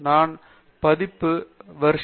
நான் பதிப்பு 3